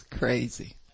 Crazy